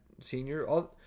senior